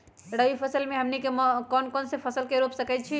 रबी फसल में हमनी के कौन कौन से फसल रूप सकैछि?